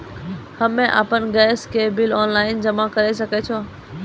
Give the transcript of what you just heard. हम्मे आपन गैस के बिल ऑनलाइन जमा करै सकै छौ?